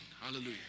Hallelujah